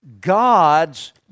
God's